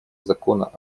закона